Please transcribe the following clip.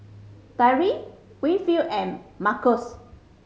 Tyree Winfield and Markus